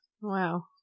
Wow